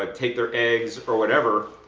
ah take their eggs or whatever,